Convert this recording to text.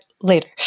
later